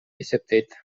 эсептейт